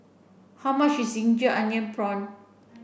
how much is ginger onion